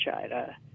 China